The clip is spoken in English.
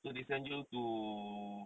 so they send you to